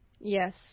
Yes